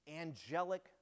angelic